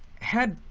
had